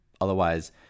Otherwise